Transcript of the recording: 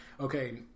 okay